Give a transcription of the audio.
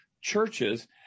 churches